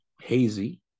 Hazy